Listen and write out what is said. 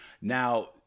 now